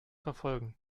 verfolgen